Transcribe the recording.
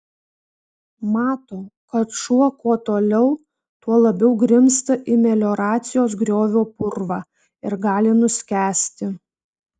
mato kad šuo kuo toliau tuo labiau grimzta į melioracijos griovio purvą ir gali nuskęsti